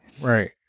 right